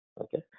okay